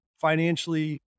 financially